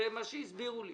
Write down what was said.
זה מה שהסבירו לי.